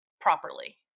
properly